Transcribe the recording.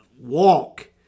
walk